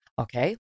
Okay